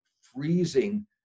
freezing